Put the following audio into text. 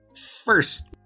first